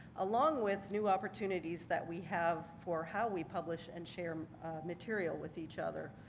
along with new opportunities that we have for how we publish and share material with each other.